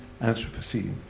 Anthropocene